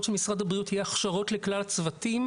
של משרד הבריאות יהיו הכשרות לכלל הצוותים.